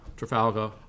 Trafalgar